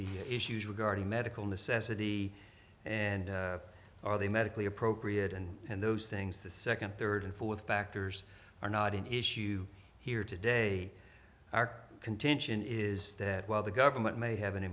the issues regarding medical necessity and are they medically appropriate and and those things the second third and fourth factors are not an issue here today our contention is that while the government may have an